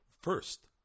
first